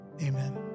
amen